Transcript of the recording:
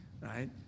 Right